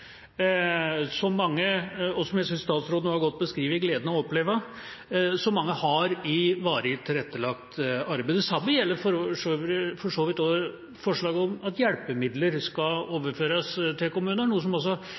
og som jeg synes statsråden godt beskriver gleden ved å oppleve – gleden som mange har i varig tilrettelagt arbeid. Det samme gjelder for så vidt forslaget om at hjelpemidler skal overføres til kommunene, noe